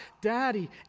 Daddy